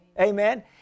Amen